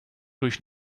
durch